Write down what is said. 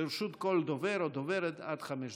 לרשות כל דובר או דוברת עד חמש דקות.